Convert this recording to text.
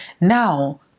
Now